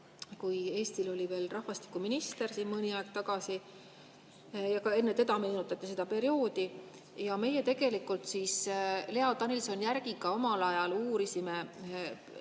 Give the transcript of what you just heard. kui Eestil oli veel rahvastikuminister mõni aeg tagasi. Ka enne teda meenutati seda perioodi. Meie tegelikult Lea Danilson-Järgiga omal ajal uurisime